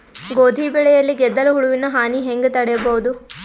ಗೋಧಿ ಬೆಳೆಯಲ್ಲಿ ಗೆದ್ದಲು ಹುಳುವಿನ ಹಾನಿ ಹೆಂಗ ತಡೆಬಹುದು?